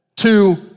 Two